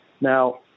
now